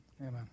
amen